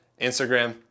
Instagram